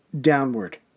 downward